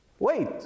Wait